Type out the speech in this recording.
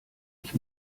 ich